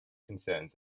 concerns